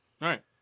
right